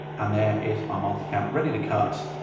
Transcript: and there is our multi-cam ready to cut.